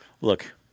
Look